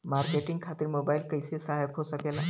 Marketing खातिर mobile कइसे सहायक हो सकेला?